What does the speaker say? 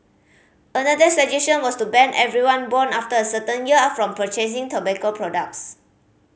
another suggestion was to ban everyone born after a certain year from purchasing tobacco products